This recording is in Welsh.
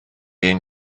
ein